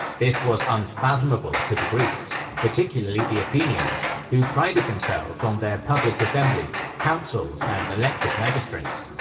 this was unfathomable to the greeks, particularly the athenians, who prided themselves on their public assemblies, councils, and elected magistrates.